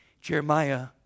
Jeremiah